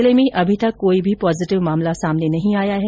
जिले में अभी तक कोई भी पॉजिटिव मामला सामने नहीं आया है